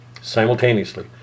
simultaneously